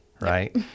right